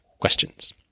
questions